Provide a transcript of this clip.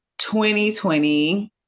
2020